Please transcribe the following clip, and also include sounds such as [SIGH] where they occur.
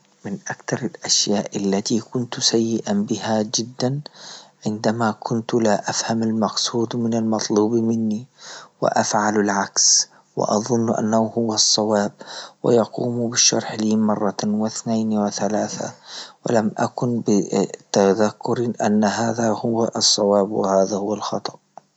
من أكثر الأشياء التي كنت سيئا بها جدا عندما كنت لا أفهم المقصود من المطلوب مني، وأفعل العكس وأظن أنه هو الصواب ويقوم بشرح للمرة وإثنين وثلاثة ولم أكن ب- [HESITATION] تذكر أن هذا الصواب وهذا هو الخطأ.